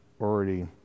already